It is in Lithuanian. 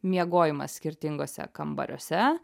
miegojimas skirtinguose kambariuose